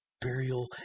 burial